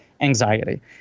anxiety